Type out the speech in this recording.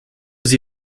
sie